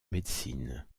médecine